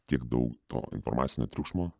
tiek daug to informacinio triukšmo